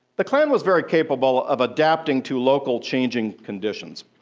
the klan was very capable of adapting to local changing conditions.